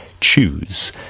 choose